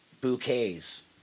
bouquets